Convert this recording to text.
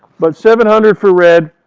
but seven hundred for red,